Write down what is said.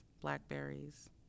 blackberries